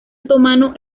otomano